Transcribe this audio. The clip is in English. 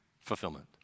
fulfillment